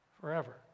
forever